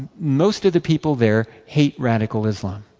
most of the people there hate radical islam.